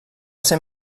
ser